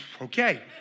okay